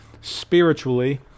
spiritually